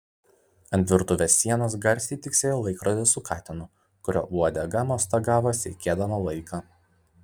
ant virtuvės sienos garsiai tiksėjo laikrodis su katinu kurio uodega mostagavo seikėdama laiką